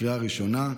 לקריאה ראשונה.